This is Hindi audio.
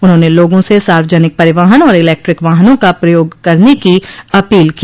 उन्होंने लोगों से सार्वजनिक परिवहन और इलेक्ट्रिक वाहनों का प्रयोग करने की अपील की